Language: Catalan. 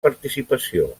participació